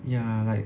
ya like